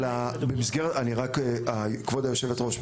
אבל כבוד יושבת הראש,